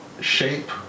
shape